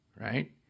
right